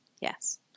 Yes